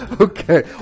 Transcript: Okay